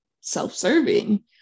self-serving